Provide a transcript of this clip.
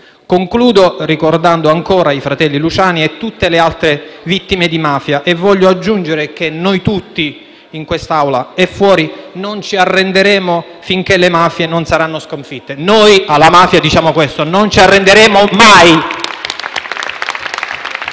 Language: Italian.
Concludo ricordando ancora i fratelli Luciani e tutte le altre vittime di mafia, e voglio aggiungere che noi tutti, in quest'Aula e fuori, non ci arrenderemo finché le mafie non saranno sconfitte. E noi alla mafia diciamo questo: non ci arrenderemo mai!